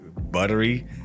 buttery